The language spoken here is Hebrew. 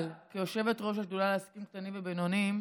אבל כיושבת-ראש השדולה לעסקים קטנים ובינוניים